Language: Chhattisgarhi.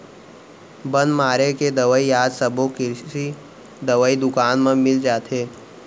बन मारे के दवई आज सबो कृषि दवई दुकान म मिल जाथे